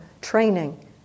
training